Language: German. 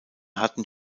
hatten